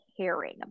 caring